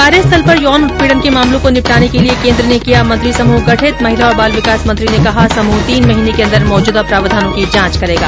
कार्यस्थल पर यौन उत्पीडन के मामलों को निपटाने के लिये केन्द्र ने किया मंत्री समुह गठित महिला और बाल विकास मंत्री ने कहा समूह तीन महीने के अंदर मौजूदा प्रावधानों की जांच करेगा